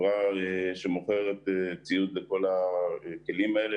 חברה שמוכרת ציוד לכל הכלים האלה,